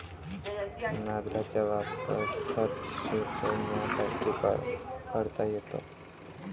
नांगराचा वापर खत शिंपडण्यासाठी करता येतो